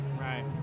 Right